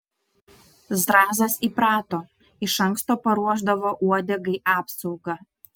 zrazas įprato iš anksto paruošdavo uodegai apsaugą